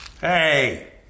Hey